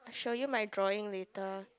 I show you my drawing later